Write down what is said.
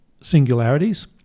singularities